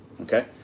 okay